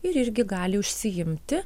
ir irgi gali užsiimti